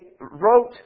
wrote